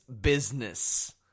business